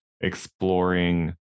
exploring